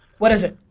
what is it?